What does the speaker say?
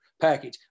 package